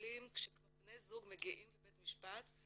מתנהלים כשבני זוג מגיעים לבית משפט.